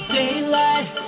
daylight